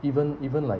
even even like